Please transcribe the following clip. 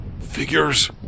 Figures